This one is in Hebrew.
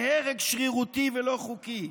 הרג שרירותי ולא חוקי,